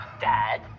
Dad